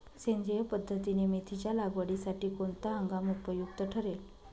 सेंद्रिय पद्धतीने मेथीच्या लागवडीसाठी कोणता हंगाम उपयुक्त ठरेल?